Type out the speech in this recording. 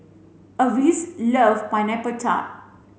Avis loves pineapple tart